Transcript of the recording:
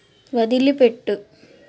వదిలిపెట్టు